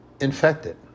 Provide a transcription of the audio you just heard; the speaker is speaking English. infected